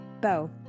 Bow